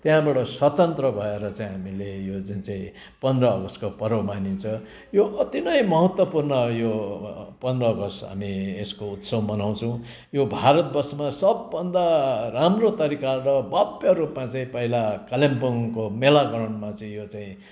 त्यहाँबाट स्वतन्त्र भएर चाहिँ हामीले यो जुन चाहिँ पन्ध्र अगस्टको पर्व मानिन्छ यो अति नै महत्त्वपुर्ण यो पन्ध्र अगस्ट हामी यसको उत्सव मनाउँछौँ यो भारतवर्षमा सबभन्दा राम्रो तरिकाले र भव्यरूपमा चाहिँ पहिला कालिम्पोङको मेला ग्राउन्डमा चाहिँ यो चाहिँ